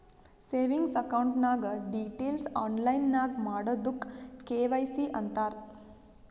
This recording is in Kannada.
ಸೇವಿಂಗ್ಸ್ ಅಕೌಂಟ್ ನಾಗ್ ಡೀಟೇಲ್ಸ್ ಆನ್ಲೈನ್ ನಾಗ್ ಮಾಡದುಕ್ ಕೆ.ವೈ.ಸಿ ಅಂತಾರ್